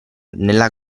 nella